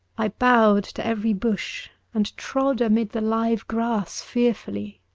i bowed to every bush, and trod amid the live grass fearfully.